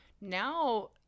now